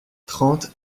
trente